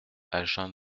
agen